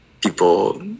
people